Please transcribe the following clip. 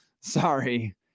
Sorry